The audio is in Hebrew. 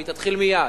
והיא תתחיל מייד.